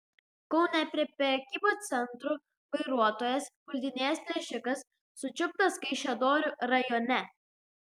kaune prie prekybos centrų vairuotojas puldinėjęs plėšikas sučiuptas kaišiadorių rajone